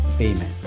Amen